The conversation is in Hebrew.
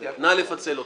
נא לפצל אותו.